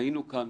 היינו כאן